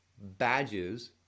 badges